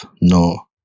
no